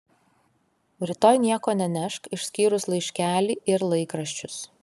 rytoj nieko nenešk išskyrus laiškelį ir laikraščius